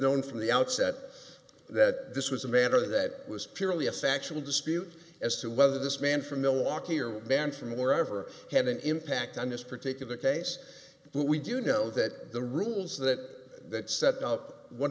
known from the outset that this was a matter that was purely a factual dispute as to whether this man from milwaukee or banned from wherever had an impact on this particular case but we do know that the rules that set up what